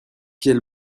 quel